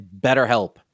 BetterHelp